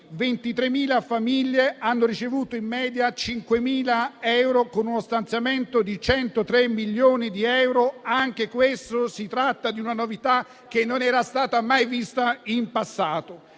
23.000 famiglie hanno ricevuto in media 5.000 euro, con uno stanziamento di 103 milioni di euro. Anche questa è una novità mai vista in passato.